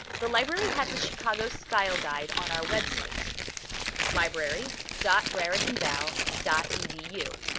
the library has a chicago style guide on our website library dot raritanval dot edu.